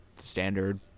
standard